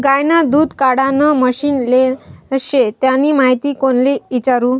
गायनं दूध काढानं मशीन लेनं शे त्यानी माहिती कोणले इचारु?